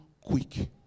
quick